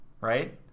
right